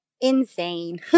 insane